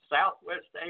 Southwest